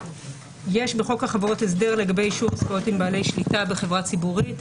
יש בחוק החברות הסדר לגבי אישור עסקאות עם בעלי שליטה בחברה ציבורית.